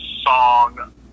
Song